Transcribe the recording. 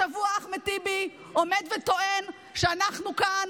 השבוע אחמד טיבי עומד וטוען שאנחנו כאן